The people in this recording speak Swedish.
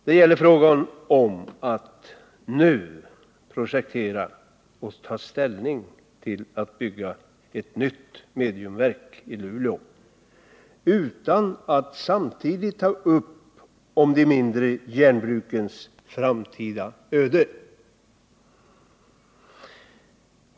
Det gäller frågan om att nu projektera och ta ställning till att bygga ett nytt mediumverk i Luleå utan att man samtidigt tar upp frågan om de mindre järnbrukens framtida öde.